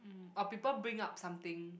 mm or people bring up something